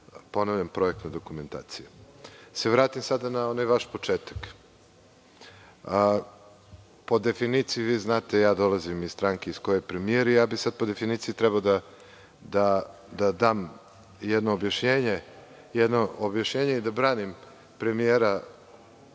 potrebna projektna dokumentacija. Da se vratim sada na onaj vaš početak. Po definiciji, vi znate, dolazim iz stranke iz koje je i premijer i sada bi po definiciji trebao da dam jedno objašnjenje i da branim premijera